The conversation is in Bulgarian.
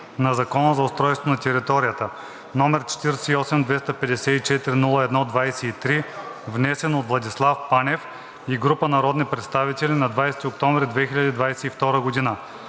на Закона за устройство на територията, № 48-254-01-23, внесен от Владислав Панев и група народни представители на 20 октомври 2022 г.